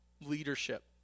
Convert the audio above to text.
leadership